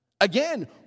Again